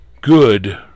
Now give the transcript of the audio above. good